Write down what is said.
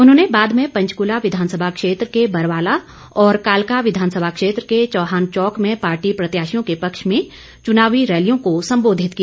उन्होंने बाद में पंचकुला विधानसभा क्षेत्र के बरवाला और कालका विधानसभा क्षेत्र के चौहान चौक में पार्टी प्रत्याशियों के पक्ष में चुनावी रैलियों को संबोंधित किया